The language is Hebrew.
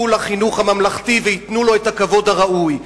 לחינוך הממלכתי וייתנו לו את הכבוד הראוי.